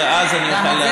ואז אני אוכל להשיב.